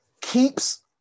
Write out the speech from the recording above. keeps